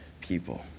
people